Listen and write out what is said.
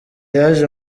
yaje